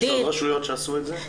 יש עוד רשויות שעשו את זה?